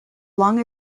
long